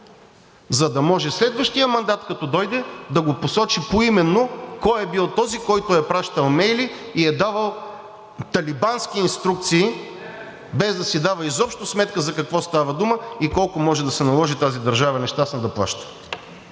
за да може следващият мандат като дойде, да го посочи поименно кой е бил този, който е пращал имейли и е давал талибански инструкции, без да си дава изобщо сметка за какво става дума и колко може да се наложи тази държава нещастна да плаща.